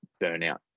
burnout